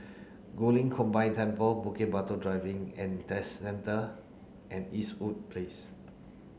Guilin Combined Temple Bukit Batok Driving and Test Centre and Eastwood Place